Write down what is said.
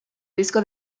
disco